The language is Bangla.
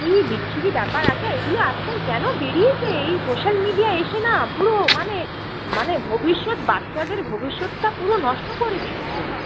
কি বিচ্ছিরি ব্যাপার আচ্ছা এইগুলো আজকাল কেন বেরিয়েছে এই সোশ্যাল মিডিয়া এসে না পুরো মানে মানে ভবিষ্যৎ বাচ্চাদের ভবিষ্যতটা পুরো নষ্ট করে দিচ্ছে